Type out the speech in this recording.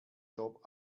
job